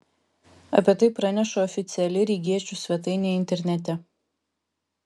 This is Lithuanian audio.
apie tai praneša oficiali rygiečių svetainė internete